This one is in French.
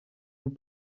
vous